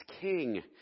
king